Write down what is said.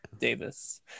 davis